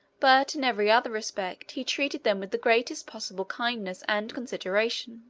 but in every other respect he treated them with the greatest possible kindness and consideration